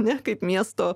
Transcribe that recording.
ne kaip miesto